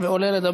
אני פה.